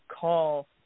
call